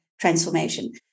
transformation